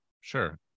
Sure